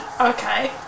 okay